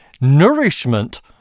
nourishment